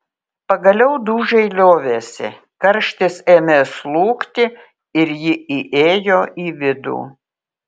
pagaliau dūžiai liovėsi karštis ėmė slūgti ir ji įėjo į vidų